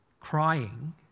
Crying